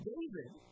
David